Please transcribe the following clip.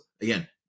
again